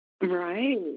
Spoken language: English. Right